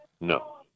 No